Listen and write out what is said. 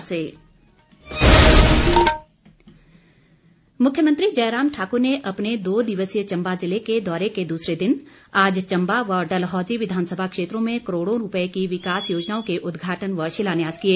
मुख्यमंत्री मुख्यमंत्री जयराम ठाकुर ने अपने दो दिवसीय चंबा जिले के दौरे के दूसरे दिन आज चंबा व डलहौजी विधानसभा क्षेत्रों में करोड़ों रूपए की विकास योजनाओं के उद्घाटन व शिलान्यास किए